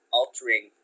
altering